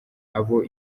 abo